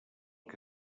que